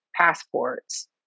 passports